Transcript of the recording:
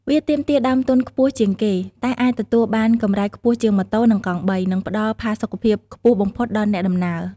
វាទាមទារដើមទុនខ្ពស់ជាងគេ តែអាចទទួលបានកម្រៃខ្ពស់ជាងម៉ូតូ និងកង់បី និងផ្តល់ផាសុកភាពខ្ពស់បំផុតដល់អ្នកដំណើរ។